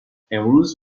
امروز